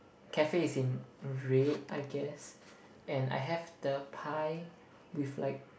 cafe is in red I guess and I have the pie with like